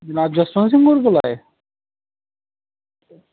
जनाब जसवंत सिंह होर बोला दे